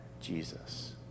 Jesus